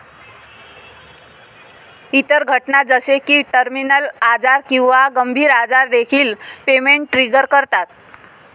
इतर घटना जसे की टर्मिनल आजार किंवा गंभीर आजार देखील पेमेंट ट्रिगर करतात